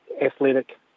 Athletic